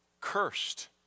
cursed